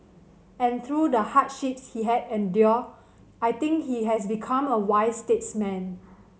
and through the hardship he had endure I think he has become a wise statesman